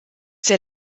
der